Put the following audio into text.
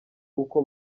uko